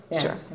sure